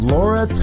Laura